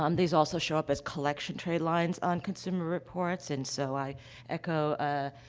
um these also show up as collection tradelines on consumer reports, and so i echo, ah,